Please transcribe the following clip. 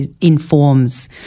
informs